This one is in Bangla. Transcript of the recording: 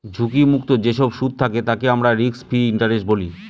ঝুঁকি মুক্ত যেসব সুদ থাকে তাকে আমরা রিস্ক ফ্রি ইন্টারেস্ট বলি